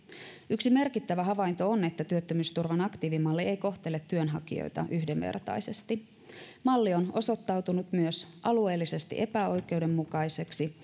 yksi merkittävä havainto on että työttömyysturvan aktiivimalli ei ei kohtele työnhakijoita yhdenvertaisesti malli on osoittautunut myös alueellisesti epäoikeudenmukaiseksi